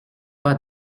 pas